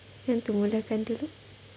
you want to mulakan dulu